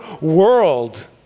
world